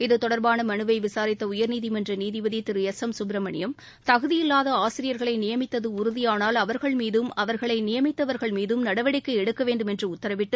இது தொடர்பான மனுவை விசாரித்த உயர்நீதிமன்ற நீதிபதி திரு எஸ் எம் சுப்ரமணியம் தகுதியில்லாத ஆசிரியர்களை நியமித்தது உறுதியானால் அவர்கள் மீதம் அவர்களை நியமித்தவர்கள் மீதம் நடவடிக்கை எடுக்க வேண்டுமென்று உத்தரவிட்டு